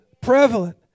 prevalent